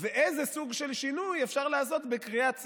ואיזה סוג של שינוי אפשר לעשות בקריאת ספר.